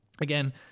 Again